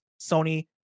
Sony